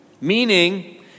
meaning